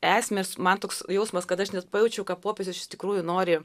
esmę man toks jausmas kad aš net pajaučiau ką popiežius iš tikrųjų nori